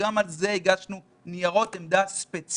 שגם על כך הגשנו ניירות עמדה ספציפיים.